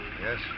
Yes